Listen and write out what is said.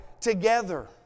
together